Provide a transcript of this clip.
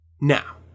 Now